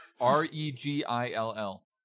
R-E-G-I-L-L